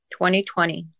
2020